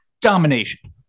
domination